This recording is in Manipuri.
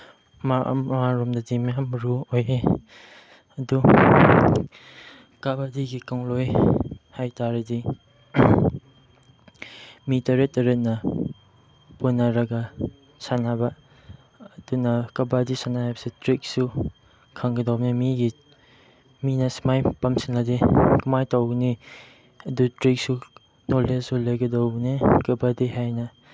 ꯌꯥꯝ ꯃꯔꯨꯑꯣꯏꯌꯦ ꯑꯗꯨ ꯀꯕꯥꯗꯤꯒꯤ ꯈꯣꯡꯂꯣꯏ ꯍꯥꯏ ꯇꯥꯔꯗꯤ ꯃꯤ ꯇꯔꯦꯠ ꯇꯔꯦꯠꯅ ꯄꯨꯟꯅꯔꯒ ꯁꯥꯟꯅꯕ ꯑꯗꯨꯅ ꯀꯕꯥꯗꯤ ꯁꯥꯟꯅꯕꯁꯨ ꯇ꯭ꯔꯤꯛꯁꯨ ꯈꯪꯒꯗꯧꯅꯤ ꯃꯤꯒꯤ ꯃꯤꯅ ꯁꯨꯃꯥꯏꯅ ꯄꯝꯁꯤꯜꯂꯗꯤ ꯀꯃꯥꯏ ꯇꯧꯒꯅꯤ ꯑꯗꯨ ꯇ꯭ꯔꯤꯛꯁꯨ ꯅꯣꯂꯦꯖꯁꯨ ꯂꯩꯒꯗꯧꯕꯅꯤ ꯀꯕꯥꯗꯤ ꯍꯥꯏꯅ